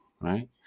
right